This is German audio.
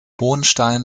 hohenstein